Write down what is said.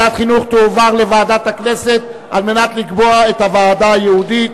זה יועבר לוועדת הכנסת כדי לקבוע את הוועדה הייעודית.